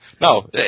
No